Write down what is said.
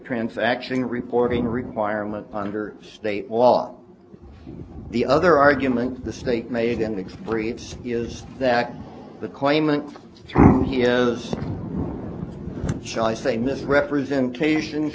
transaction reporting requirement under state law the other argument the state made in experience is that the claimant from heroes shall i say misrepresentation